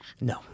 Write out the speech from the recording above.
No